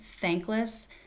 thankless